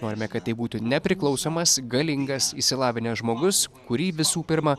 norime kad tai būtų nepriklausomas galingas išsilavinęs žmogus kurį visų pirma